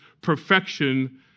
perfection